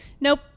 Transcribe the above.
Nope